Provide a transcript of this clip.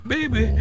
Baby